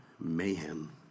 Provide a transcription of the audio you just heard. Mayhem